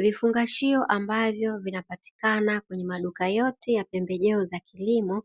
Vifungashio ambavyo vinapatikana kwenye maduka yote ya pembejeo za kilimo,